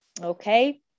okay